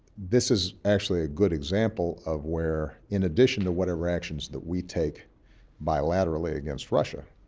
this is actually a good example of where, in addition to whatever actions that we take bilaterally against russia,